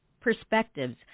perspectives